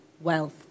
wealth